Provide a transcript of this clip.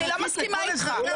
אני לא מסכימה איתך.